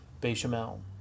bechamel